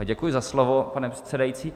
Děkuji za slovo, pane předsedající.